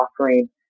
offering